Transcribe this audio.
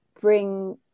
bring